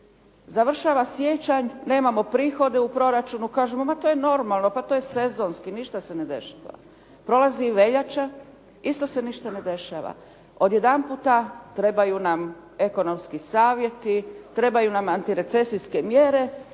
Završava siječanj, nemamo prihode u proračunu, kažemo ma to je normalno, pa to je sezonski, ništa se ne dešava. Prolazi veljača, isto se ništa ne dešava. Odjedanputa trebaju nam ekonomski savjeti, trebaju nam antirecesijske mjere